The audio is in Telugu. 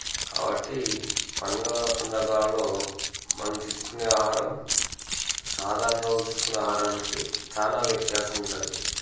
కాబట్టి పండుగ సందర్భాలలో మనం తీసుకునే ఆహారం సాధారణ రోజుల్లో తీసుకునే ఆహారానికి చానా వ్యత్యాసం ఉంటుంది